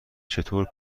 چطور